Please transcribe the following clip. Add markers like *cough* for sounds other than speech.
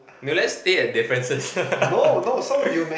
no let's stay at differences *laughs*